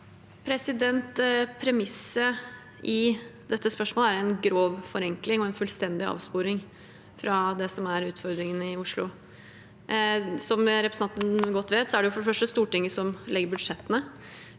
Premisset i dette spørsmålet er en grov forenkling og en fullstendig avsporing fra det som er utfordringene i Oslo. Som representanten godt vet, er det for det første Stortinget som lager budsjettene.